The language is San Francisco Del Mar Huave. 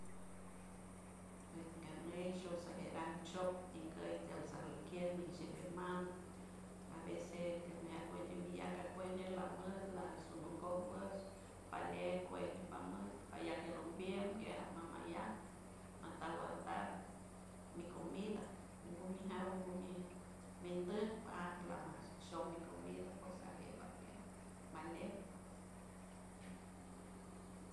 Pues cañeisho soshgerar shot tincay tiaslonqueiliow ninshibelmand a veces que me acueñe miyaca cueñe lamac laan solomongon weish palee cueñe pamat payaquelombien quiam mamayan matawartar micomida tengo mis agua min deint arl mailart show mi comida pues shombierd mayliel